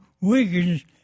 Wiggins